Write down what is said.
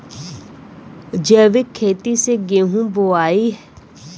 जैविक खेती से गेहूँ बोवाई